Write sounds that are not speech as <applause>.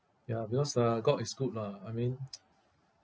ya because uh god is good lah I mean <noise>